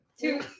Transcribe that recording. Two